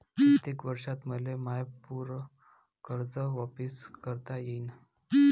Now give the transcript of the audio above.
कितीक वर्षात मले माय पूर कर्ज वापिस करता येईन?